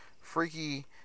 freaky